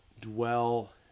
dwell